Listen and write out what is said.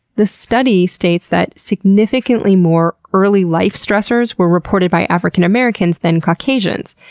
the study states that significantly more early life stressors were reported by african americans than caucasians.